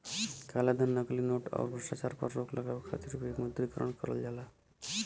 कालाधन, नकली नोट, आउर भ्रष्टाचार पर रोक लगावे खातिर विमुद्रीकरण करल जाला